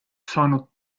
saanud